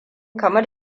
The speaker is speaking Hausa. kamar